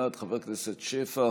חבר הכנסת שפע,